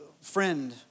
friend